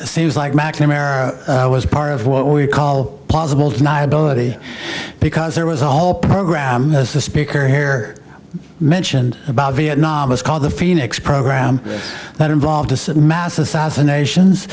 seems like mcnamara was part of what we call plausible deniability because there was a whole program as the speaker here mentioned about vietnam was called the phoenix program that involved mass assassinations